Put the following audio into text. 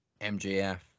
mjf